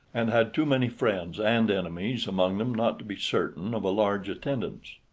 and had too many friends and enemies among them not to be certain of a large attendance.